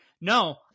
no